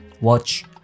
watch